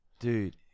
Dude